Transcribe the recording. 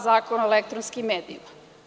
Zakona o elektronskim medijama.